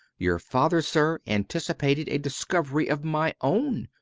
your father, sir, anticipated a discovery of my own.